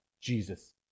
Jesus